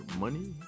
money